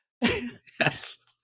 yes